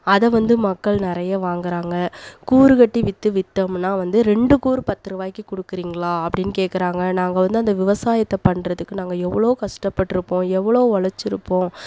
அதை வந்து மக்கள் நிறைய வாங்குறாங்க கூறுகட்டி வித்து வித்தோம்னா வந்து ரெண்டு கூறு பத்துரூவாய்கி கொடுக்குறீங்களா அப்படினு கேட்க்குறாங்க நாங்கள் வந்து அந்த விவசாயத்தை பண்ணுறதுக்கு நாங்கள் எவ்வளோ கஷ்டப்பட்டிருபோம் எவ்வளோ உழச்சிருப்போம்